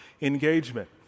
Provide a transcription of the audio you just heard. engagement